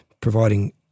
providing